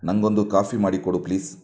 ನನಗೊಂದು ಕಾಫಿ ಮಾಡಿ ಕೊಡು ಪ್ಲೀಸ್